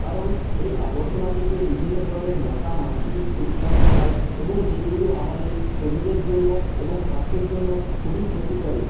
কারণ এই আবর্জনা থেকে বিভিন্ন ধরনের মশা মাছি উৎপন্ন হয় এবং যেইগুলো আমাদের শরীরের জন্য এবং স্বাস্থ্যের জন্য খুবই ক্ষতি করে